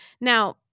now